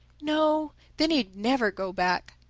no. then he'd never go back.